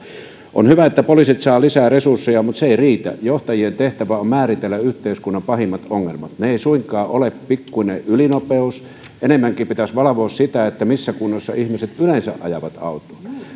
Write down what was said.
on hyvä että poliisit saavat lisää resursseja mutta se ei riitä johtajien tehtävä on määritellä yhteiskunnan pahimmat ongelmat ne eivät suinkaan ole pikkuinen ylinopeus enemmänkin pitäisi valvoa sitä missä kunnossa ihmiset yleensä ajavat autoa